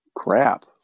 Crap